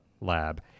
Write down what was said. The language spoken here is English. lab